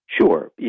Sure